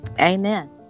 amen